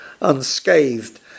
unscathed